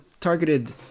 targeted